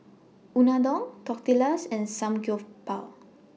Unadon Tortillas and Samgyeopsal